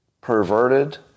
perverted